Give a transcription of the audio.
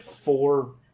four